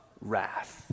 wrath